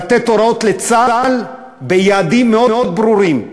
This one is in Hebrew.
לתת הוראות לצה"ל ביעדים מאוד ברורים.